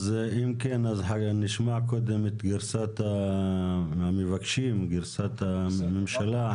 אם כן, נשמע קודם את גרסת המבקשים, גרסת הממשלה.